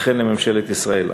וכן לממשלת ישראל.